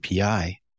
API